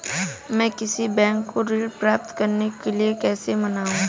मैं किसी बैंक को ऋण प्राप्त करने के लिए कैसे मनाऊं?